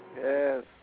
Yes